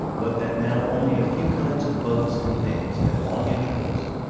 but that now only a few kinds of bugs and things, at long intervals,